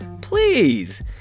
please